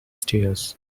stairs